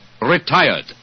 Retired